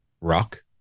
rock